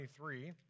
23